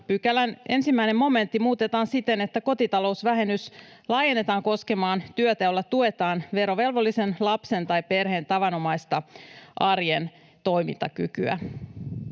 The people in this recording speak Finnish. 127 a §:n 1 momentti muutetaan siten, että kotitalousvähennys laajennetaan koskemaan työtä, jolla tuetaan verovelvollisen lapsen tai perheen tavanomaista arjen toimintakykyä.